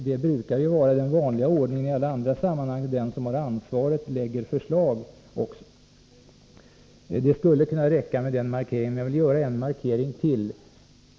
Det brukar ju vara den vanliga ordningen i alla andra sammanhang att den som har ansvaret också lägger fram förslag. Det skulle räcka med den markeringen, men jag vill göra ytterligare en markering.